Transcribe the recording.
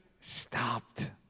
stopped